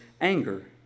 anger